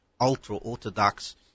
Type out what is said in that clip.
ultra-Orthodox